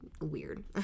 weird